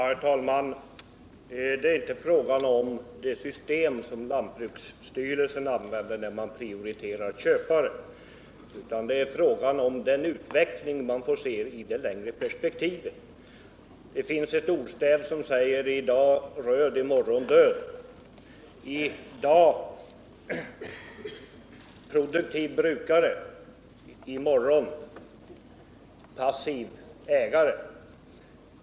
Herr talman! Det är inte fråga om det system lantbruksstyrelsen använder när man prioriterar köpare utan det är fråga om utvecklingen i det längre perspektivet. Det finns ett ordstäv som säger: I dag röd, i morgon död. I dag produktiv brukare, i morgon passiv ägare.